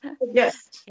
Yes